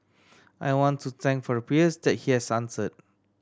I want to thank for the prayers that he has answered